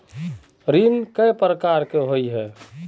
ऋण कई प्रकार होए है?